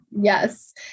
Yes